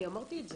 אני אמרתי את זה.